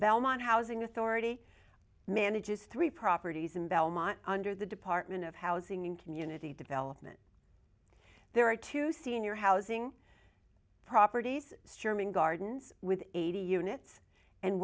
belmont housing authority manages three properties in belmont under the department of housing and community development there are two senior housing properties stemming gardens with eighty units and